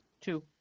Two